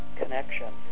connection